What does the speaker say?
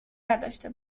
نداشته